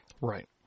Right